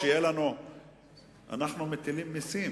שבו ניסינו להציג חלק מרעיונותינו,